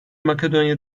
makedonya